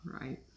right